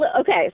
Okay